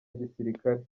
gisirikare